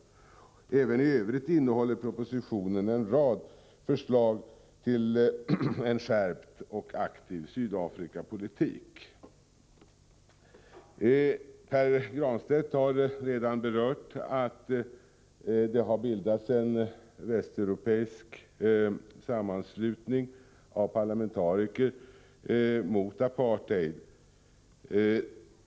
Även i övrigt innehåller propositionen en rad förslag till en skärpt och aktiv Sydafrikapolitik. Pär Granstedt har redan nämnt att det bildats en västeuropeisk sammanslutning av parlamentariker mot apartheid.